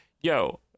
yo